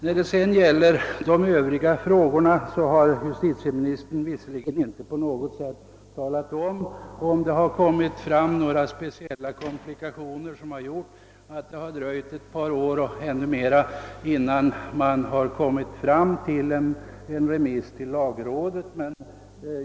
När det gäller de övriga frågorna har justitieministern inte talat om huruvida det uppstått några speciella kom plikationer som gjort att det dröjt ett par år och ännu mer, innan man kommit fram till en remiss till lagrådet.